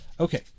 Okay